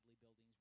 buildings